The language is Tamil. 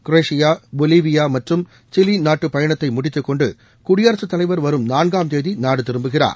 குரேஷியா பொலிவியா மற்றும் சிலி நாட்டுப் பயணத்தை முடித்துக்கொண்டு குடியரசுத் தலைவர் வரும் நான்காம் தேதி நாடு திரும்புகிறார்